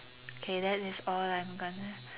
okay that is all I'm gonna